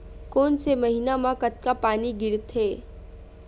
कोन से महीना म कतका पानी गिरथे?